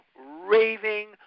raving